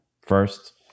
first